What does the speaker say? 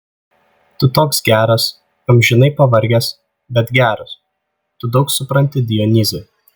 tu toks geras amžinai pavargęs bet geras tu daug supranti dionyzai